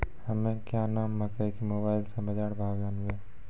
हमें क्या नाम मकई के मोबाइल से बाजार भाव जनवे?